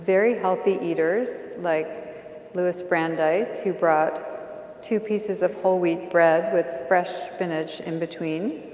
very healthy eaters, like louis brandeis who brought two pieces of whole wheat bread with fresh spinach in between.